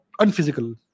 Unphysical